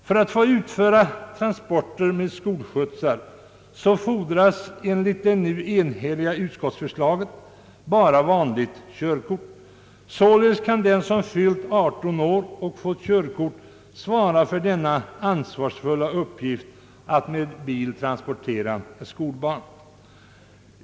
För att få utföra transporter med skolskjutsar fordras enligt det nu framlagda enhälliga utskottsförslaget bara vanligt körkort. Således kan den som fyllt 18 år och fått körkort svara för den ansvarsfulla uppgiften att med bil transportera skolbarn.